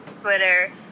Twitter